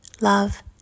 Love